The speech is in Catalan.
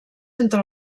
entre